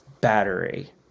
battery